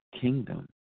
kingdom